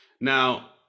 Now